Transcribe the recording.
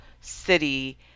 city